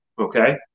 Okay